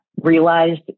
realized